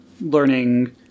learning